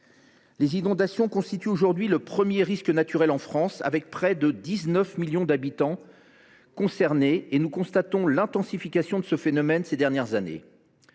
Les inondations constituent aujourd’hui le premier risque naturel en France, avec près de 19 millions d’habitants concernés, et nous constatons l’intensification de ce phénomène ces dernières années.